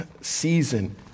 season